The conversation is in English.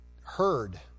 heard